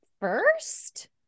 first